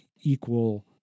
equal